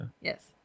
yes